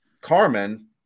Carmen